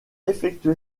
effectué